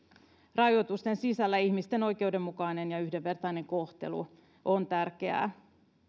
rajoitusten sisällä ihmisten oikeudenmukainen ja yhdenvertainen kohtelu on tärkeää